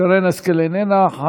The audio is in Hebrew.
שרן השכל, אינה נוכחת.